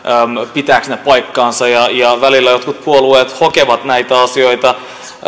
pitävätkö ne paikkansa ja välillä jotkin puolueet hokevat näitä asioita